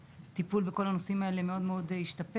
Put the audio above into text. בטיפול בכל הנושאים האלה מאוד מאוד השתפר,